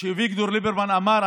כשאביגדור ליברמן אמר,